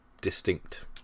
distinct